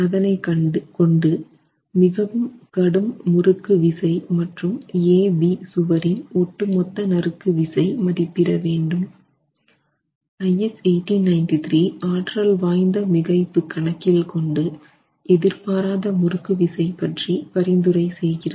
அதனை கொண்டு மிகவும் கடும் முறுக்கு விசை மற்றும் AB சுவரின் ஒட்டுமொத்த நறுக்கு விசை மதிப்பிட வேண்டும் IS 1893 ஆற்றல் வாய்ந்த மிகைப்பு கணக்கில் கொண்டு எதிர்பாராத முறுக்கு விசை பற்றி பரிந்துரை செய்கிறது